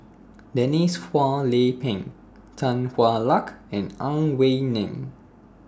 Denise Phua Lay Peng Tan Hwa Luck and Ang Wei Neng